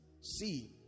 see